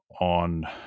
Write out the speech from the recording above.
on